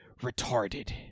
retarded